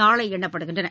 நாளைஎண்ணப்படுகின்றன